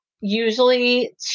usually